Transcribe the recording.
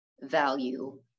value